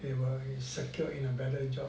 they were secured in a better job